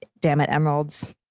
ah dammit, emeralds!